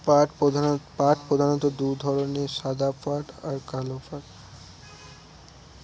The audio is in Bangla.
পাট প্রধানত দু ধরনের সাদা পাট আর কালো পাট